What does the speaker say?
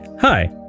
Hi